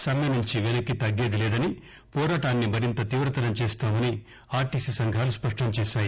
సమ్మె నుంచి వెనక్కి తగ్గేదిలేదని పోరాటాన్ని మరింత తీవం చేస్తామని ఆర్టీసీ సంఘాలు స్పష్టం చేశాయి